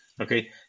Okay